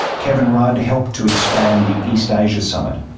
kevin rudd helped to expand the east asia summit.